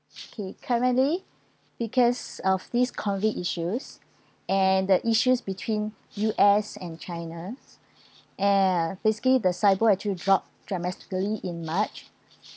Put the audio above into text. okay currently because of this COVID issues and the issues between U_S and china ya basically the CYPO actually dropped dramatically in march